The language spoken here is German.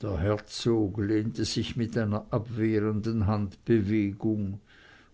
der herzog lehnte sich mit einer abwehrenden handbewegung